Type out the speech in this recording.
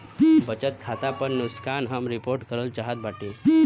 बचत खाता पर नुकसान हम रिपोर्ट करल चाहत बाटी